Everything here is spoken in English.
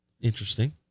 Interesting